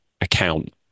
account